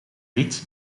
rits